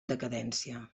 decadència